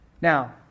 Now